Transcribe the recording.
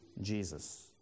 Jesus